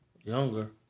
Younger